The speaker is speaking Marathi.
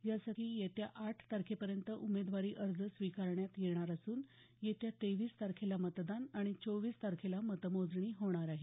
यासाठी येत्या आठ तारखेपर्यंत उमेदवारी अर्ज स्वीकारण्यात येणार असून येत्या तेवीस तारखेला मतदान आणि चोवीस तारखेला मतमोजणी होणार आहे